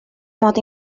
mod